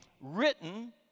written